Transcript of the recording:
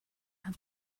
have